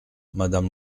madame